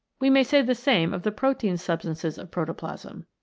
we may say the same of the protein substances of proto plasm.